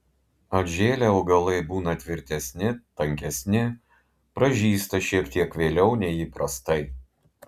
atžėlę augalai būna tvirtesni tankesni pražysta šiek tiek vėliau nei įprastai